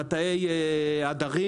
מטעי הדרים,